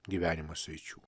gyvenimo sričių